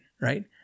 right